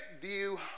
view